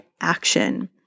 action